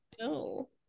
No